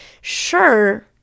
Sure